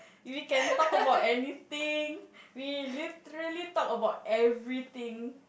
we can talk about anything we literally talk about everything